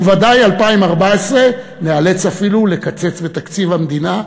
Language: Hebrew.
ובוודאי 2014, ניאלץ אפילו לקצץ בתקציב המדינה,